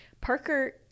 Parker